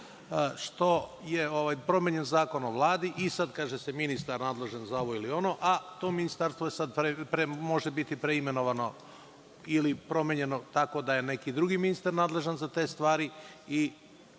što je promenjen Zakon o Vladi i sad, kaže se „ministar nadležan za ovo ili ono“, a to ministarstvo sad može biti preimenovano ili promenjeno tako da je neki drugi ministar nadležan za te stvari.